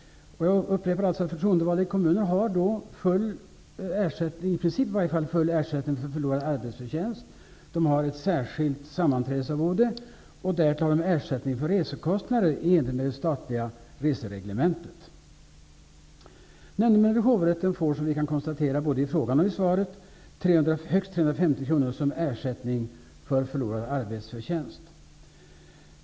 De förtroendevalda i kommunerna får då en i princip full ersättning för förlorad arbetsförtjänst. De får ett särskilt sammanträdesarvode och därtill ersättning för resekostnader i enlighet med de statliga resereglementet. Nämndemännen i hovrätten får, som vi kan konstatera av både frågan och svaret, högst 350 kr som ersättning för förlorad arbetsförtjänst.